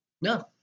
No